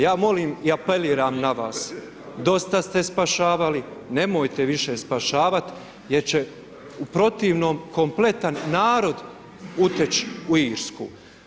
Ja molim i apeliram na vas dosta ste spašavali, nemojte više spašavat jer će u protivnom kompletan narod uteć u Irsku.